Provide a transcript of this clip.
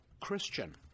Christian